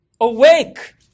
Awake